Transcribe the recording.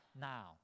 now